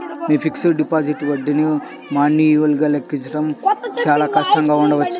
మీ fixed deposit వడ్డీని మాన్యువల్గా లెక్కించడం చాలా కష్టంగా ఉండవచ్చు